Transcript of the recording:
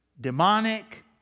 demonic